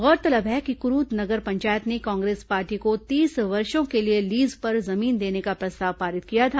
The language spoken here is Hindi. गौरतलब है कि कुरूद नगर पंचायत ने कांग्रेस पार्टी को तीस वर्षों के लिए लीज पर जमीन देने का प्रस्ताव पारित किया था